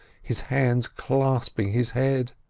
his hands clasping his head.